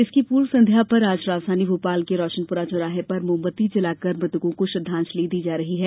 इसकी पूर्व संध्या पर आज राजधानी भोपाल के रोशनपुरा चौराहे पर मोमबत्ती जलाकर मृतकों को श्रद्वांजलि दी जा रही है